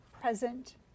present